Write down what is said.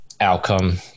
outcome